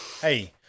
Hey